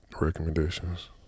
recommendations